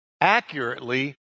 accurately